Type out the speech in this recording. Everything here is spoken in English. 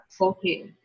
Okay